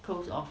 close off